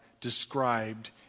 described